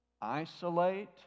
Isolate